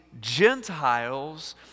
Gentiles